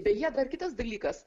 beje dar kitas dalykas